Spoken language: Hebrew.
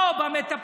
פה, עם המטפלות,